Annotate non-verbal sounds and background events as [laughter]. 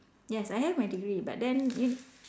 yes I have my degree but then [noise]